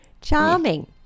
Charming